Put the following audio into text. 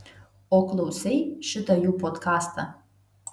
o klausei šitą jų podkastą